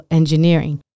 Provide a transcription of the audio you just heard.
engineering